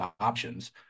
options